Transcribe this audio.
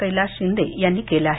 कैलास शिंदे यांनी केलं आहे